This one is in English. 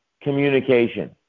communication